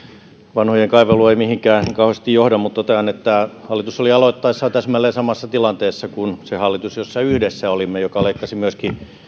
vanhojen kaivelu ei mihinkään niin kauheasti johda mutta totean että hallitus oli aloittaessaan täsmälleen samassa tilanteessa kuin se hallitus jossa yhdessä olimme joka leikkasi myöskin